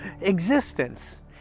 existence